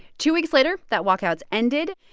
two weeks later, that walkout has ended.